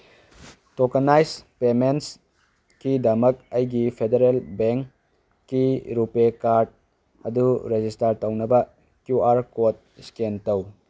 tokenize ꯄꯦꯃꯦꯟꯁꯀꯤꯗꯃꯛ ꯑꯩꯒꯤ federal ꯕꯦꯡꯒꯤ ꯔꯨꯄꯦ ꯀꯥꯔꯠ ꯑꯗꯨ ꯔꯦꯖꯤꯁꯇꯥꯔ ꯇꯧꯅꯕ ꯀ꯭ꯋꯨ ꯑꯥꯔ ꯀꯣꯠ ꯏꯁꯀꯦꯟ ꯇꯧ